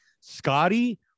Scotty